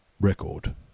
Record